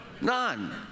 None